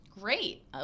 Great